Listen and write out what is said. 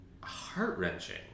heart-wrenching